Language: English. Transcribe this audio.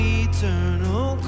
eternal